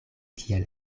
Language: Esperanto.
kiel